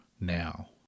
now